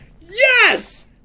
Yes